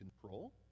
control